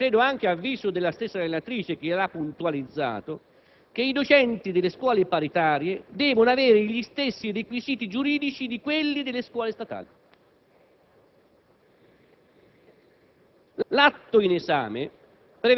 giustamente, a mio avviso, ma credo anche ad avviso della stessa relatrice che lo ha puntualizzato, che i docenti delle scuole paritarie devono avere gli stessi requisiti giuridici dei docenti delle scuole statali.